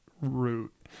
root